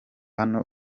hano